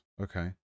Okay